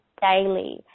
daily